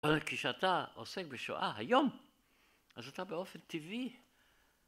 אבל כשאתה עוסק בשואה היום, אז אתה באופן טבעי.